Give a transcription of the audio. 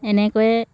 এনেকৈয়ে